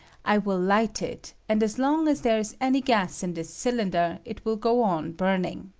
i will light it, and as long as there is any gas in this cylinder it will go on burning.